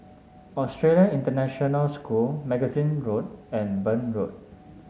Australian International School Magazine Road and Burn Road